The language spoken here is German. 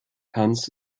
hans